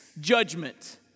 judgment